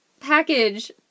package